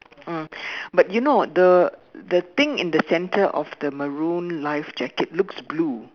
mm but you know the the thing in the center of the maroon life jacket looks blue